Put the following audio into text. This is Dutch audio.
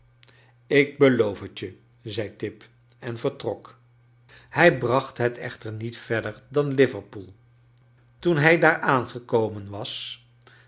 ik beloof het je zei tip en vertrok hij bracht het echter niet verder dan liverpool toen hij daar aangekomen was